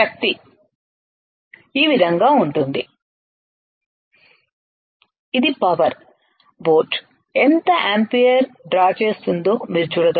శక్తి ఈ విధంగా ఉంటుంది ఇది పవర్ బోట్ ఎంత యాంపియర్ డ్రా చేస్తుందో మీరు చూడగలరా